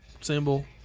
symbol